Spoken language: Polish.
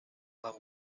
wam